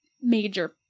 major